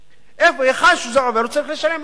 היכן שזה עובר, הוא צריך לשלם ארנונה.